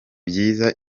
byiza